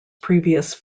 previous